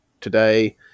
today